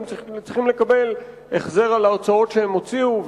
הם צריכים לקבל החזר על ההוצאות שהם הוציאו,